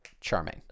charming